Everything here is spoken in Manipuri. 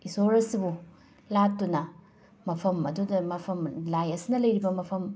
ꯏꯁꯣꯔ ꯑꯁꯤꯕꯨ ꯂꯥꯠꯇꯨꯅ ꯃꯐꯝ ꯑꯗꯨꯗ ꯃꯐꯝ ꯂꯥꯏ ꯑꯁꯤꯅ ꯂꯩꯔꯤꯕ ꯃꯐꯝ